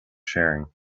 sharing